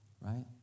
right